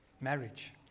Marriage